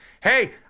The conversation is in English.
Hey